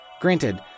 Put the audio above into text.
Granted